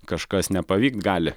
kažkas nepavykt gali